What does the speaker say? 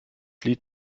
lied